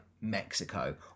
Mexico